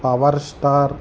power star